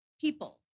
people